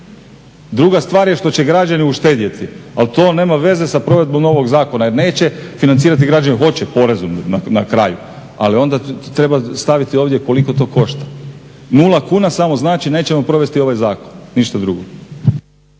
Druga stvar je što će građani uštedjeti, ali to nema veza sa provedbom ovog zakona jer neće financirati građani, hoće porezom na kraju, ali onda treba staviti ovdje koliko košta. 0 kuna samo znači, nećemo provesti ovaj zakon, ništa drugo.